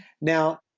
Now